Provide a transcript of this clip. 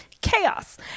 Chaos